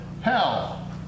hell